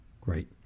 Great